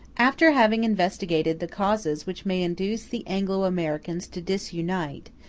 after having investigated the causes which may induce the anglo-americans to disunite,